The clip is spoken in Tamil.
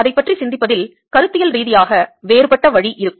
அதைப் பற்றி சிந்திப்பதில் கருத்தியல் ரீதியாக வேறுபட்ட வழி இருக்கும்